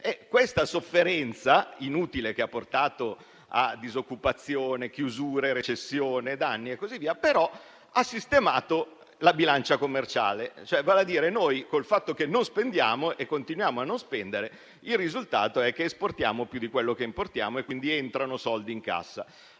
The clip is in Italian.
Questa sofferenza inutile, che ha portato a disoccupazione, chiusure, recessione e danni, però ha sistemato la bilancia commerciale; cioè, col fatto che non spendiamo e continuiamo a non spendere, esportiamo più di quello che importiamo e quindi entrano soldi in cassa.